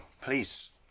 Please